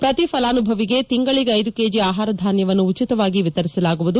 ಪ್ರತಿ ಫಲಾನುಭವಿಗೆ ತಿಂಗಳಿಗೆ ಐದು ಕೆಜಿ ಆಹಾರಧಾನ್ಯವನ್ನು ಉಚಿತವಾಗಿ ವಿತರಿಸಲಾಗುವುದು